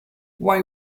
why